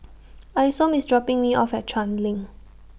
Isom IS dropping Me off At Chuan LINK